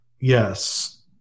Yes